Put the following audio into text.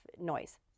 noise